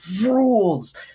rules